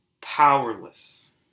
powerless